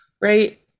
right